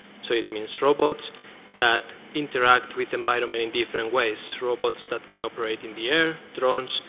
so it means robots that interact with environment in different ways. robots that can operate in the air, drones.